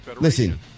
Listen